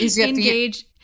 engage